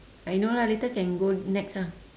I know lah later can go nex ah